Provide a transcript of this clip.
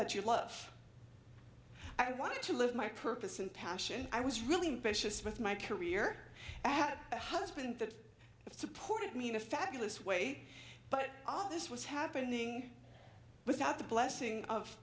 that you love i want to live my purpose and passion i was really precious with my career i had a husband that supported me in a fabulous way but all this was happening without the blessing of